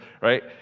Right